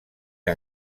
que